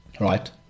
right